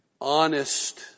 Honest